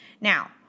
Now